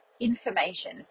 information